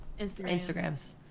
Instagrams